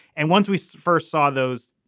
and once we so first saw those,